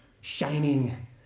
shining